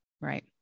right